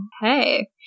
hey